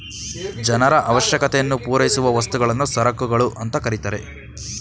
ಜನರ ಅವಶ್ಯಕತೆಯನ್ನು ಪೂರೈಸುವ ವಸ್ತುಗಳನ್ನು ಸರಕುಗಳು ಅಂತ ಕರೆತರೆ